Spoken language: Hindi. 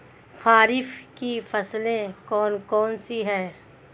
खरीफ की फसलें कौन कौन सी हैं?